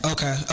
Okay